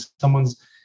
someone's